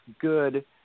good